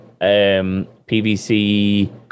PVC